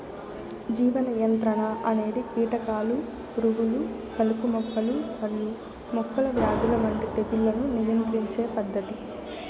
జీవ నియంత్రణ అనేది కీటకాలు, పురుగులు, కలుపు మొక్కలు మరియు మొక్కల వ్యాధుల వంటి తెగుళ్లను నియంత్రించే పద్ధతి